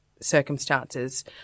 circumstances